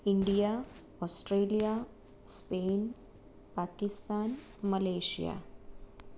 India Australia Spain Pakistan Malaysia